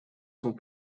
sont